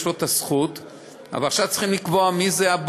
יש לו זכות,